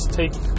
take